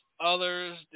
others